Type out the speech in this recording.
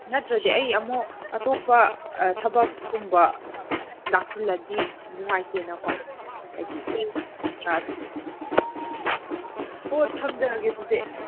ꯅꯠꯇ꯭ꯔꯗꯤ ꯑꯩ ꯑꯃꯨꯛ ꯑꯇꯣꯞꯄ ꯊꯕꯛꯀꯨꯝꯕ ꯂꯥꯛꯁꯤꯜꯂꯗꯤ ꯅꯨꯡꯉꯥꯏꯇꯦꯅꯀꯣ ꯍꯥꯏꯗꯤ ꯑꯣ ꯊꯝꯖꯔꯒꯦ ꯑꯗꯨꯗꯤ